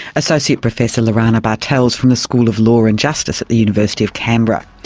associate professor lorana bartels from the school of law and justice at the university of canberra.